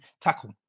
tackle